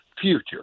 future